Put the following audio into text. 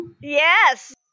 yes